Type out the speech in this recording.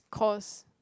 course